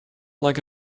like